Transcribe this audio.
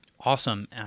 Awesome